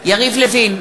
יריב לוין,